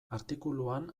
artikuluan